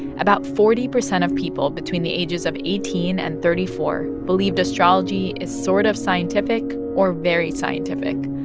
about forty percent of people between the ages of eighteen and thirty four believed astrology is sort of scientific or very scientific.